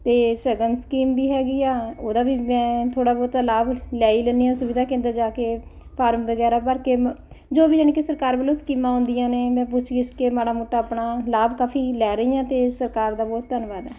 ਅਤੇ ਸ਼ਗਨ ਸਕੀਮ ਵੀ ਹੈਗੀ ਆ ਉਹਦਾ ਵੀ ਮੈਂ ਥੋੜ੍ਹਾ ਬਹੁਤਾ ਲਾਭ ਲੈ ਹੀ ਲੈਂਦੀ ਹਾਂ ਸੁਵਿਧਾ ਕੇਂਦਰ ਜਾ ਕੇ ਫਾਰਮ ਵਗੈਰਾ ਭਰ ਕੇ ਜੋ ਵੀ ਯਾਨੀ ਕਿ ਸਰਕਾਰ ਵੱਲੋਂ ਸਕੀਮਾਂ ਆਉਂਦੀਆਂ ਨੇ ਮੈਂ ਪੁੱਛਗਿੱਛ ਕੇ ਮਾੜਾ ਮੋਟਾ ਆਪਣਾ ਲਾਭ ਕਾਫੀ ਲੈ ਰਹੀ ਹਾਂ ਅਤੇ ਸਰਕਾਰ ਦਾ ਬਹੁਤ ਧੰਨਵਾਦ ਆ